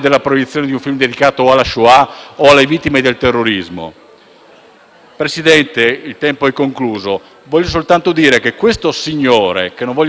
Presidente, il tempo è concluso. Voglio soltanto dire che questo signore, che non voglio neanche citare perché gli darei troppa importanza, doveva scegliere